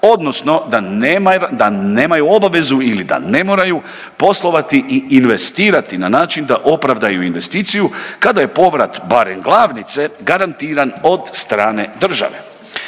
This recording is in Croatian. nema, da nemaju obavezu ili da ne moraju poslovati i investirati na način da opravdaju investiciju kada je povrat barem glavnice garantiran od strane države.